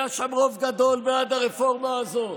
היה שם רוב גדול בעד הרפורמה הזאת,